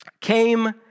came